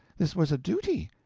this was a duty.